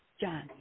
John